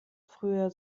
früher